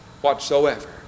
whatsoever